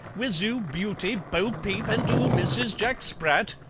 wiz oo beauty, bo-peep, and oo mrs. jack sprat!